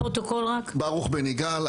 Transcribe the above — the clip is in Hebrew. ברוך בן יגאל,